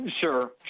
Sure